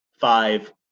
five